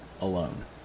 alone